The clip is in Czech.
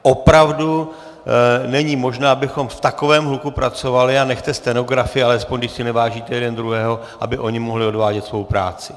Opravdu není možné, abychom v takovém hluku pracovali, a nechte stenografy alespoň, když si nevážíte jeden druhého, aby oni mohli odvádět svou práci!